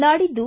ನಾಡಿದ್ದು